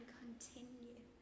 continue